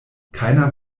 keiner